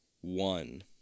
one